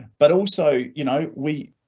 but also you know we